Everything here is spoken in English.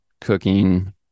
cooking